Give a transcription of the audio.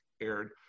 aired